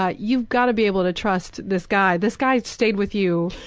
ah you've gotta be able to trust this guy. this guy stayed with you,